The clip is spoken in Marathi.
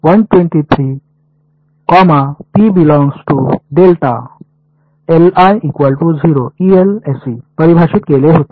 तर मी परिभाषित केले होते